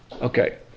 Okay